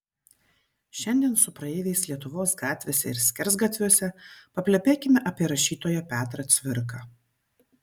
šiandien su praeiviais lietuvos gatvėse ir skersgatviuose paplepėkime apie rašytoją petrą cvirką